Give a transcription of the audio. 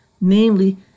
namely